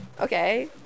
Okay